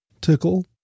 tickle